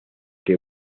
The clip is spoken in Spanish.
que